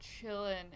chilling